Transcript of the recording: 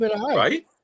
Right